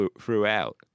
throughout